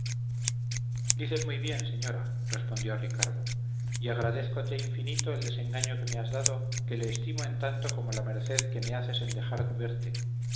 dices muy bien señora respondió ricardo y agradézcote infinito el desengaño que me has dado que le estimo en tanto como la merced que me haces en dejar verte